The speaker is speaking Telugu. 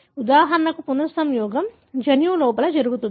ఉదాహరణకు పునః సంయోగం జన్యువు లోపల జరుగుతుంది